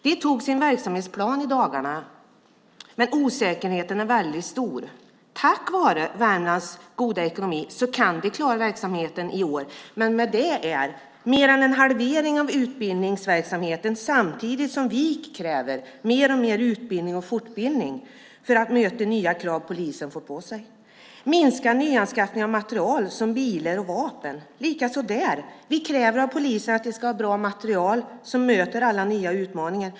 De antog sin verksamhetsplan i dagarna, men osäkerheten är väldigt stor. Tack vare Värmlands polismyndighets goda ekonomi kan de klara verksamheten i år, men det är mer än en halvering av utbildningsverksamheten, samtidigt som vi kräver mer och mer utbildning och fortbildning för att möta de nya krav polisen får på sig. Det innebär minskade nyanskaffningar av material som bilar och vapen. Likaså där kräver vi av polisen att de ska ha bra material för att möta alla de nya utmaningarna.